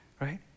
Right